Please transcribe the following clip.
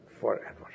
forever